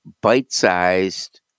bite-sized